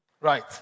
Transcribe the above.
Right